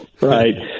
right